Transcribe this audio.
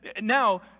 now